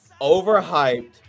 overhyped